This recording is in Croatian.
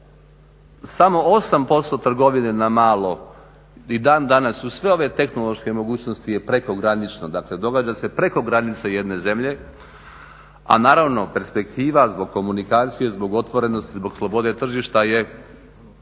samo 8% trgovine na malo i dan danas uz sve ove tehnološke mogućnosti je prekogranično, dakle događa se preko granice jedne zemlje. A naravno perspektiva zbog komunikacije, zbog otvorenosti, zbog slobode tržišta je